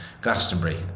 Glastonbury